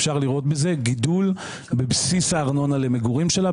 אפשר לראות בזה גידול בבסיס הארנונה למגורים שלה,